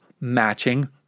matching